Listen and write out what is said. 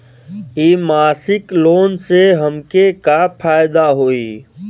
इ मासिक लोन से हमके का फायदा होई?